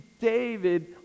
David